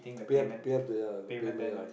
pay up pay up the ya the payment ya